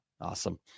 Awesome